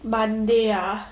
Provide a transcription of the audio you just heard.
monday ah